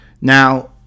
Now